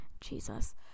Jesus